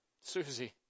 Susie